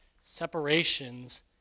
separations